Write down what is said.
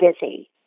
busy